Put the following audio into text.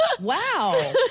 Wow